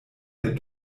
der